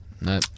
no